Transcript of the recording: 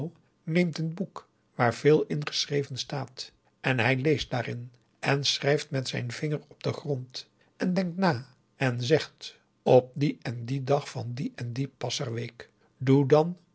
neemt een boek waar veel in geschreven staat en hij leest daarin en schrijft met zijn vinger op den grond en denkt na en zegt augusta de wit orpheus in de dessa op dien en dien dag van die en die pasar week doe dan